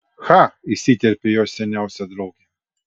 cha įsiterpė jos seniausia draugė